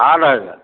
আঠ হাজাৰ